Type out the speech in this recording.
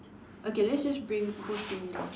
okay let's just bring the whole thing down